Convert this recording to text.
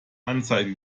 anzeige